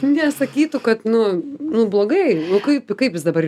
nesakytų kad nu nu blogai nu kaip kaip jis dabar